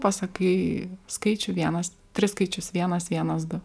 pasakai skaičių vienas tris skaičius vienas vienas du